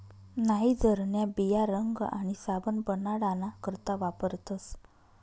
नाइजरन्या बिया रंग आणि साबण बनाडाना करता वापरतस